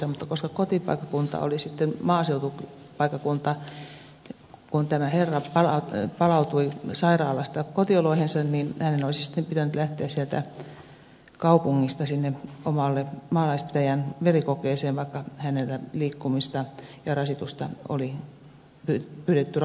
mutta koska kotipaikkakunta oli sitten maaseutupaikkakunta niin kun tämä herra palautui sairaalasta kotioloihinsa hänen olisi sitten pitänyt lähteä sieltä kaupungista sinne omaan maalaispitäjään verikokeeseen vaikka liikkumista ja rasitusta oli pyydetty rajoittamaan